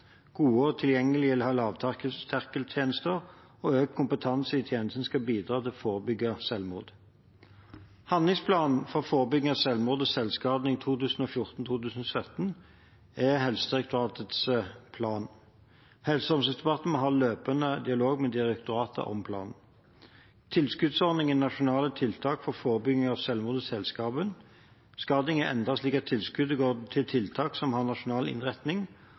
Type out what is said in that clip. gode og tilgjengelige lavterskeltjenester og økt kompetanse i tjenestene skal bidra til å forebygge selvmord. Handlingsplanen for forebygging av selvmord og selvskading 2014–2017 er Helsedirektoratets plan. Helse- og omsorgsdepartementet har løpende dialog med direktoratet om planen. Tilskuddsordningen Nasjonale tiltak for forebygging av selvmord og selvskading er endret slik at tilskuddene går til tiltak som har nasjonal innretning